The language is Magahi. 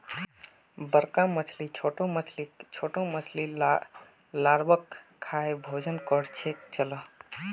बड़का मछली छोटो मछलीक, छोटो मछली लार्वाक खाएं भोजन चक्रोक चलः